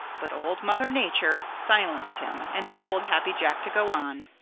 but old mother nature silenced him and told happy jack to go on.